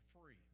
free